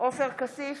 עופר כסיף,